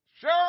Sure